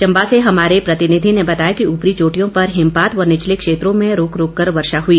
चंबा से हमारे प्रतिनिधि ने बताया कि उपरी चोटियों पर हिमपात व निचले क्षेत्रों में रूक रूक कर वर्षा हई